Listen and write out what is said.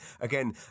Again